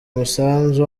umusanzu